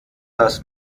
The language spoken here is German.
das